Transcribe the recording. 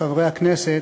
חברי הכנסת,